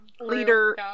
leader